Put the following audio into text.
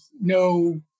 no